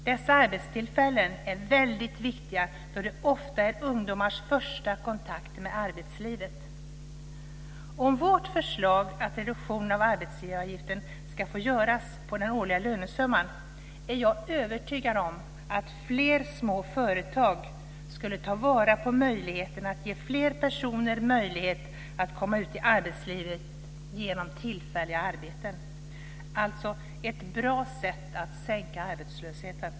Dessa arbetstillfällen är väldigt viktiga då de ofta är ungdomars första kontakt med arbetslivet. Med vårt förslag, att reduktionen av arbetsgivaravgiften ska få göras på den årliga lönesumman, är jag övertygad om att fler små företag skulle ta vara på möjligheten att ge fler personer möjlighet att komma ut i arbetslivet genom tillfälliga arbeten. Det är alltså ett bra sätt att sänka arbetslösheten.